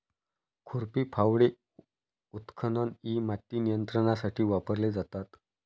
खुरपी, फावडे, उत्खनन इ माती नियंत्रणासाठी वापरले जातात